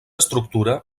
estructura